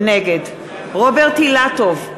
נגד רוברט אילטוב,